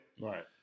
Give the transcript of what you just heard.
Right